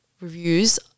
reviews